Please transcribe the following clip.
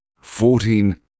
fourteen